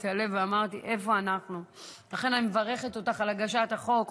זה אות וצוואה לנו להמשיך לפעול למענן.